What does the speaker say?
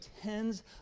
tens